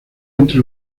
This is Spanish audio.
entre